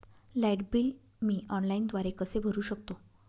Light bill मी ऑनलाईनद्वारे कसे भरु शकतो?